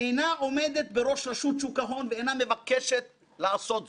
אינה עומדת בראש רשות שוק ההון ואינה מבקשת לעשות כן.